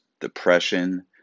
depression